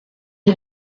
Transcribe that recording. est